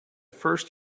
first